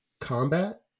combat